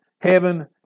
heaven